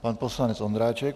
Pan poslanec Ondráček.